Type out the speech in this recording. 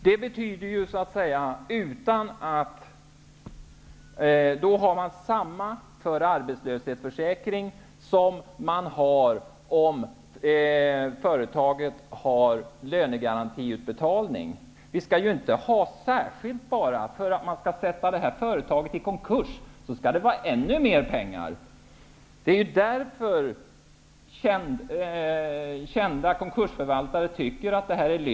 Det betyder att samma sak gäller för arbetslöshetsförsäkringen som för lönegarantiutbetalning, om företaget i fråga har en sådan. Det skall ju inte, bara för att ett företag skall försättas i konkurs, vara fråga om ännu mer pengar. Det är sådant som gör att kända konkursförvaltare talar om lyx i detta sammanhang.